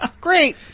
great